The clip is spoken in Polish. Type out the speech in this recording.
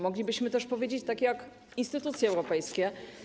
Moglibyśmy też powiedzieć tak jak instytucje europejskie.